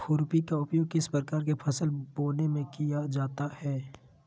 खुरपी का उपयोग किस प्रकार के फसल बोने में किया जाता है?